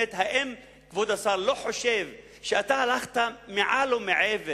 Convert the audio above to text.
האם כבוד השר לא חושב שהלכת קצת מעל ומעבר